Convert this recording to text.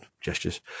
gestures